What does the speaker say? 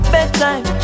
Bedtime